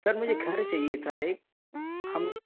سر مجھے گھر چاہیے تھا ایک ہم